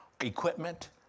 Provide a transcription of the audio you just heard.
equipment